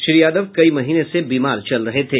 श्री यादव कई महीने से बीमार चल रहे थे